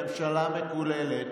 ממשלה מקוללת.